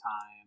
time